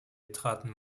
traten